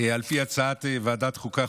על פי הצעת ועדת חוקה,